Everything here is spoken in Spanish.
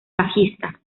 bajista